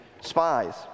spies